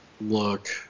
look